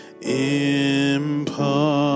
impart